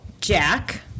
Jack